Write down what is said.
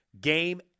game